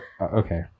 Okay